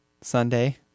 Sunday